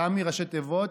תמ"י, ראשי תיבות: